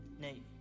Nate